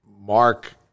Mark